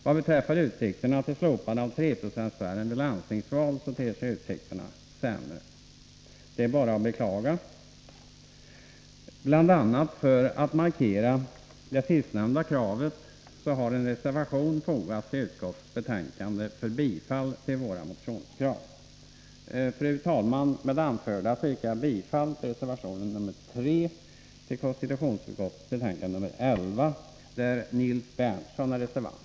Vad beträffar utsikterna till slopande av 3 Zo-spärren vid landstingsval ter sig utsikterna sämre. Det är bara att beklaga. Bl. a. för att markera det sistnämnda kravet har en reservation fogats till utskottets betänkande för bifall till våra motionskrav. Fru talman! Med det anförda yrkar jag bifall till reservationen nr 3 till konstitutionsutskottets betänkande nr 11, där Nils Berndtson är reservant.